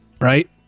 right